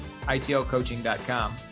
itlcoaching.com